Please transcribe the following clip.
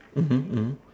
mmhmm mmhmm